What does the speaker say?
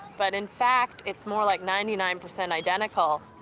but, in fact, it's more like ninety nine percent identical.